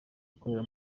ikorera